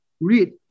read